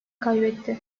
kaybetti